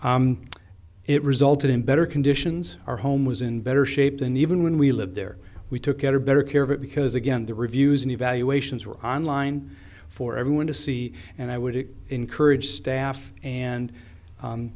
it resulted in better conditions our home was in better shape than even when we lived there we took it or better care of it because again the reviews and evaluations were online for everyone to see and i would encourage staff and